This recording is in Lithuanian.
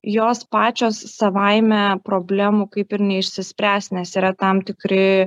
jos pačios savaime problemų kaip ir neišsispręs nes yra tam tikri